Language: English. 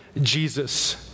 Jesus